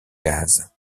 gaz